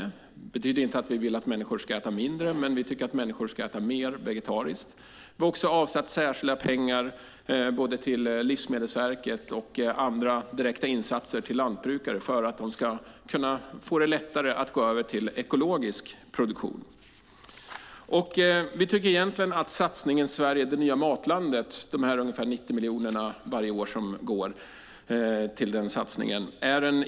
Det betyder inte att vi vill att människor ska äta mindre, men vi tycker att människor ska äta mer vegetariskt. Vi har också avsatt särskilda pengar till Livsmedelsverket och till andra direkta insatser till lantbrukare för att de ska få det lättare att gå över till ekologisk produktion. Vi tycker egentligen att satsningen Sverige - det nya matlandet är en intressant satsning. Det är ungefär 90 miljoner varje år som går till den satsningen.